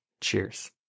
Cheers